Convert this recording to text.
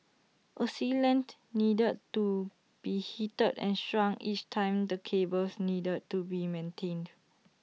A sealant needed to be heated and shrunk each time the cables needed to be maintained